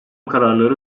kararları